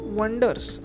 wonders